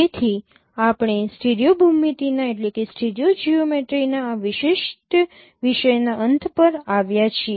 તેથી આપણે સ્ટીરિયો ભૂમિતિના આ વિશિષ્ટ વિષયના અંત પર આવ્યા છીએ